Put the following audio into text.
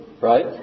Right